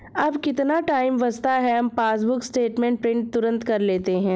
अब कितना टाइम बचता है, हम पासबुक स्टेटमेंट प्रिंट तुरंत कर लेते हैं